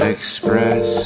Express